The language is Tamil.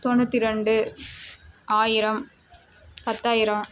தொண்ணூற்றி ரெண்டு ஆயிரம் பத்தாயிரம்